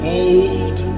old